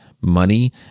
money